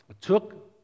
took